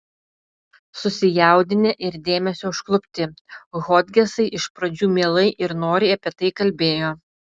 susijaudinę ir dėmesio užklupti hodgesai iš pradžių mielai ir noriai apie tai kalbėjo